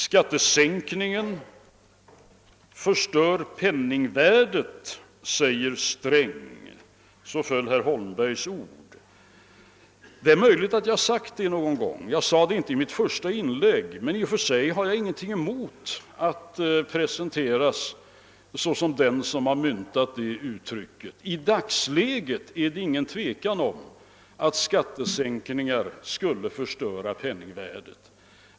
Skattesänkningen förstör penningvärdet, säger Sträng! Så föll herr Holmbergs ord. Det är möjligt att jag sagt detta någon gång. Jag sade det inte i mitt första inlägg, men i och för sig har jag ingenting emot att presenteras som den som har myntat det uttrycket. I dagens läge är det ingen tvekan om att skaltesänkningen förstör penningvärdet.